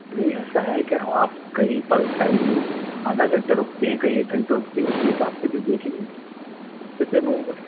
نہیں ایسا ہے کہ آپ کہیں پر ٹائمنگ آدھا گھنٹہ رُکتے ہیں کہیں ایک گھنٹہ رُکتے ہیں اُس کے حساب سے پھر دیکھیں گے جیسے بھی ہوگا